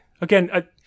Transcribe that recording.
again